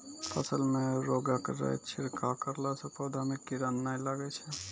फसल मे रोगऽर के छिड़काव करला से पौधा मे कीड़ा नैय लागै छै?